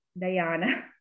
Diana